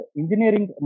engineering